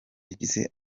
yagize